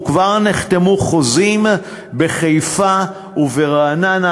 וכבר נחתמו חוזים בחיפה וברעננה,